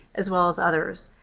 as well as others.